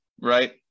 right